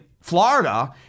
Florida